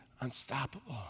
unstoppable